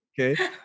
Okay